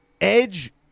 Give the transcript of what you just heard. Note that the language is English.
Edge